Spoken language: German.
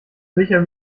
sicher